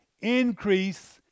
increase